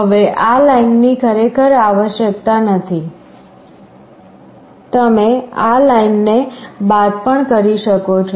હવે આ લાઇનની ખરેખર આવશ્યકતા નથી તમે આ લાઇન ને બાદ પણ કરી શકો છો